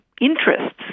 interests